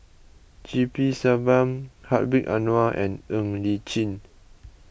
G P Selvam Hedwig Anuar and Ng Li Chin